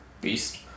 Beast